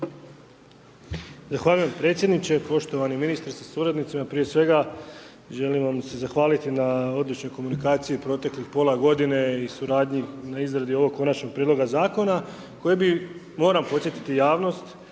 Zahvaljujem predsjedniče, poštovani ministre sa suradnicima, prije svega, želim vam se zahvaliti na odličnoj komunikaciji u proteklih pola g. i suradnji na izradi ovog konačnog prijedloga zakona, koji bi moram podsjetiti javnost,